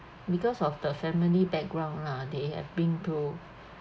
because of the family background lah they have been to